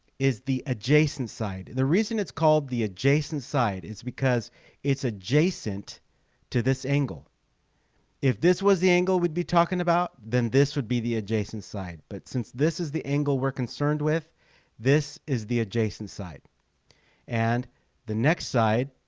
is the adjacent side the reason it's called the adjacent side is because it's adjacent to this angle if this was the angle we'd be talking about then this would be the adjacent side but since this is the angle we're concerned with this is the adjacent side and the next side